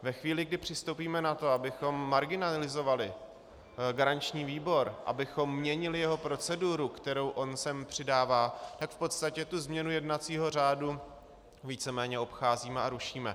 Ve chvíli, kdy přistoupíme na to, abychom marginalizovali garanční výbor, abychom měnili jeho proceduru, kterou on sem přidává, tak v podstatě tu změnu jednacího řádu víceméně obcházíme a rušíme.